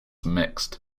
mixed